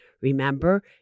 Remember